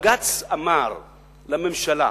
בג"ץ אמר לממשלה: